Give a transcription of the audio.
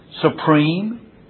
supreme